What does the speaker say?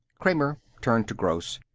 kramer turned to gross.